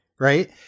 right